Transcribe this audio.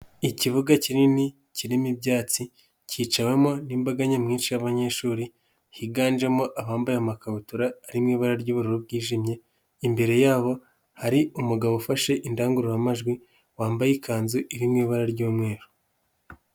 Ikibuga kinini kirimo ibyatsi kicawemo n'imbaga nyamwinshi y'abanyeshuri, higanjemo abambaye amakabutura arimo ibara ry'ubururu bwijimye, imbere yabo hari umugabo ufashe indangururamajwi, wambaye ikanzu iri mu ibara ry'umweru.